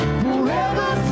forever